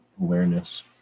awareness